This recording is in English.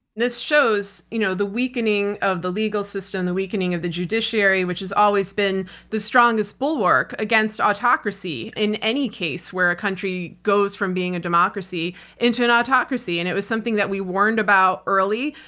this shows you know the weakening of the legal system, the weakening of the judiciary which has always been the strongest bulwark against autocracy in any case where a country goes from being a democracy into an autocracy and it was something that we warned about early.